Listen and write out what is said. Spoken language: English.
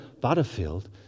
Butterfield